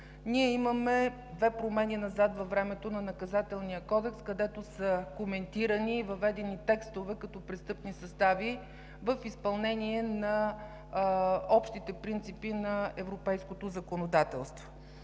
Ние имаме две промени назад във времето на Наказателния кодекс, където са коментирани и въведени текстове като престъпни състави в изпълнение на общите принципи на европейското законодателство.